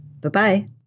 Bye-bye